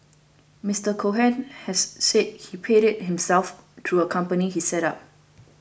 Mister Cohen has said he paid it himself through a company he set up